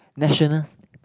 national